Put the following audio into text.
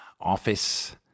office